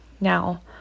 Now